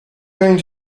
going